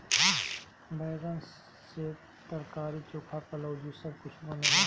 बैगन से तरकारी, चोखा, कलउजी सब कुछ बनेला